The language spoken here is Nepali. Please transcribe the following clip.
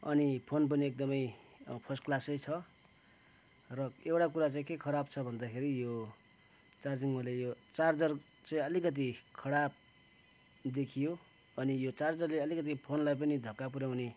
अनि फोन पनि एकदमै फर्स्ट क्लासै छ र एउटा कुरा चाहिँ के खराब छ भन्दाखेरि यो चार्जिङ मैले यो चार्जर चाहिँ अलिकति खराब देखियो अनि यो चार्जरले अलिकति फोनलाई पनि धक्का पुऱ्याउने